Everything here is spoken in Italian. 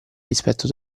rispetto